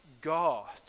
God